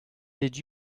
did